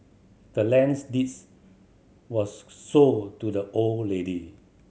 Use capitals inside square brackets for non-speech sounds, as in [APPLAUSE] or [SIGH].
the land's deeds was [UNINTELLIGIBLE] sold to the old lady